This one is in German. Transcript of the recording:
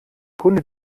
kunde